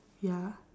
ya